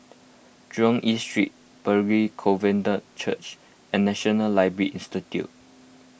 Jurong East Street Pilgrim Covenant Church and National Library Institute